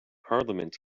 parliament